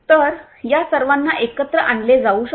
तर या सर्वांना एकत्र आणले जाऊ शकते